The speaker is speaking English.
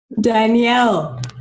Danielle